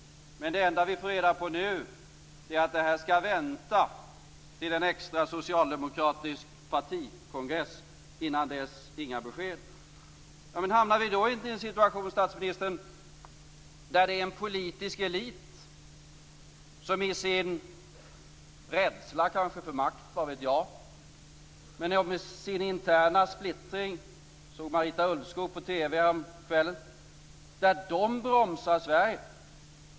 Men det enda vi får reda på nu är att vi skall vänta till en extra socialdemokratisk partikongress. Innan dess inga besked. Hamnar vi då inte i en situation, statsministern, där det är en politisk elit som kanske i sin rädsla för makt, vad vet jag, och i sin interna splittring - jag såg Marita Ulvskog på TV häromkvällen - bromsar Sverige?